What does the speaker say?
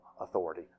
authority